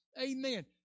Amen